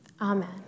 amen